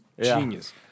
genius